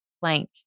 blank